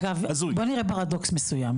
אגב, בוא נראה פרדוקס מסוים,